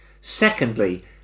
secondly